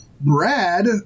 Brad